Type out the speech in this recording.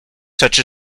such